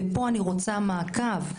ופה אני רוצה מעקב,